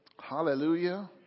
Hallelujah